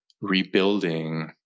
rebuilding